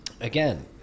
again